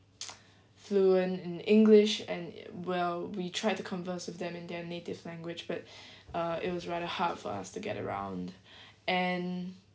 fluent in english and well we tried to converse with them in their native language but uh it was rather hard for us to get around and